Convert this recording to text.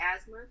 asthma